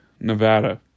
Nevada